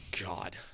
god